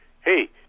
Hey